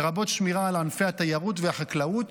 לרבות שמירה על ענפי התיירות והחקלאות,